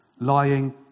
lying